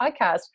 podcast